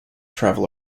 travel